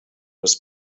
was